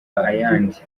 ayandi